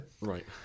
right